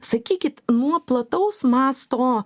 sakykit nuo plataus masto